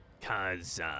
Cause